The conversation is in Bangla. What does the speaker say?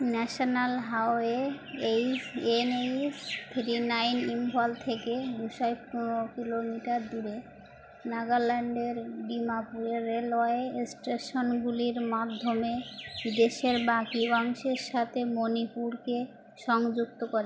national highway H N H three nine Imphal থেকে দুশো পনেরো কিলোমিটার দূরে নাগাল্যান্ডের ডিমাপুরের রেলওয়ে স্টেশনগুলির মাধ্যমে দেশের বাকি অংশের সাথে মণিপুরকে সংযুক্ত করে